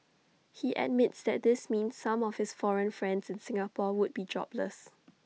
he admits that this means some of his foreign friends in Singapore would be jobless